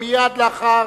מייד לאחר